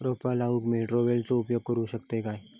रोपा लाऊक मी ट्रावेलचो उपयोग करू शकतय काय?